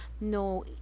no